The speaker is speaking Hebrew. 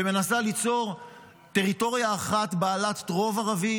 ומנסה ליצור טריטוריה אחת בעלת רוב ערבי,